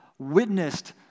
witnessed